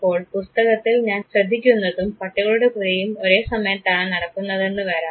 അപ്പോൾ പുസ്തകത്തിൽ ഞാൻ ശ്രദ്ധിക്കുന്നതും പട്ടികളുടെ കുരയും ഒരേസമയത്താണ് നടക്കുന്നതെന്നു വരാം